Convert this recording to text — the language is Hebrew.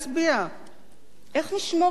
איך נשמור על צביוננו כעם?